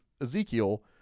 Ezekiel